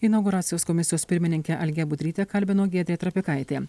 inauguracijos komisijos pirmininkė algę budrytę kalbino giedrė trapikaitė